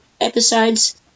episodes